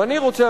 ואני רוצה,